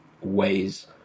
ways